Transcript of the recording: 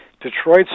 Detroit